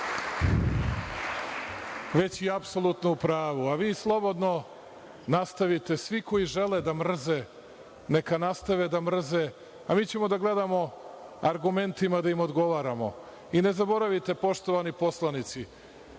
već i apsolutno u pravu, a vi slobodno nastavite. Svi koji žele da mrze neka nastave da mrze, a mi ćemo da gledamo da odgovaramo argumentima. Ne zaboravite, poštovani poslanici,